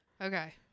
Okay